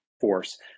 force